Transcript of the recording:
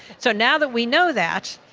so, now that we know that,